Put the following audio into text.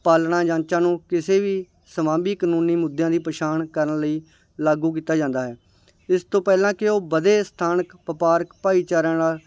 ਪਾਲਣਾ ਜਾਂਚਾ ਨੂੰ ਕਿਸੇ ਵੀ ਸੰਭਾਵੀ ਕਾਨੂੰਨੀ ਮੁੱਦਿਆਂ ਦੀ ਪਛਾਣ ਕਰਨ ਲਈ ਲਾਗੂ ਕੀਤਾ ਜਾਂਦਾ ਹੈ ਇਸ ਤੋਂ ਪਹਿਲਾਂ ਕਿ ਉਹ ਵਧੇ ਸਥਾਨਕ ਵਪਾਰਕ ਭਾਈਚਾਰਿਆਂ ਨਾਲ